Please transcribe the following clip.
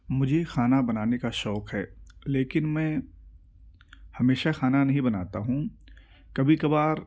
مجھے کھانا بنانے کا شوق ہے لیکن میں ہمیشہ کھانا نہیں بناتا ہوں کبھی کبھار